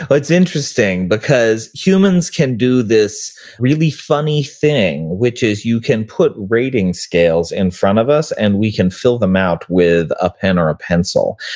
but it's interesting because humans can do this really funny thing which is you can put rating scales in front of us and we can fill them out with a pen or a pencil.